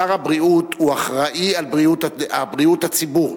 שר הבריאות אחראי על בריאות הציבור.